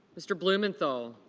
mr. blumenthal